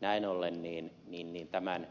näin ollen tämän